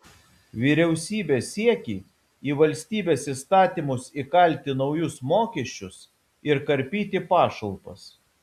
vyriausybės siekiai į valstybės įstatymus įkalti naujus mokesčius ir karpyti pašalpas